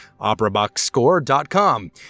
operaboxscore.com